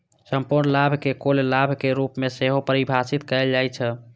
संपूर्ण लाभ कें कुल लाभक रूप मे सेहो परिभाषित कैल जाइ छै